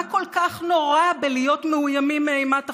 מה כל כך נורא בלהיות מאוימים מאימת החוק,